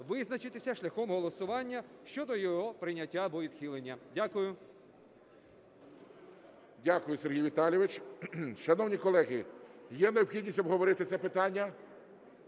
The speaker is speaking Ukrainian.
визначитися шляхом голосування щодо його прийняття або відхилення. Дякую. ГОЛОВУЮЧИЙ. Дякую, Сергій Віталійович. Шановні колеги, є необхідність обговорити це питання?